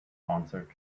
answered